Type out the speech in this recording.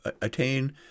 attain